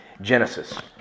Genesis